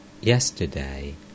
yesterday